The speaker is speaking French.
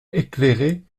éclairer